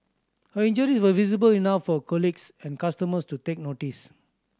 her injuries were visible enough for colleagues and customers to take notice